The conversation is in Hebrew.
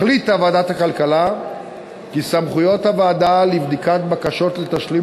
החליטה ועדת הכלכלה כי סמכויות הוועדה לבדיקת בקשות לתשלום